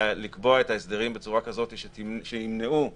לקבוע את ההסדרים בצורה כזאת שימנעו סכסוכים,